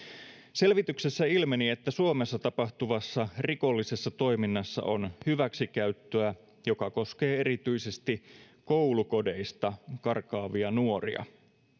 selvityksessä ilmeni että suomessa tapahtuvassa rikollisessa toiminnassa on hyväksikäyttöä joka koskee erityisesti koulukodeista karkaavia nuoria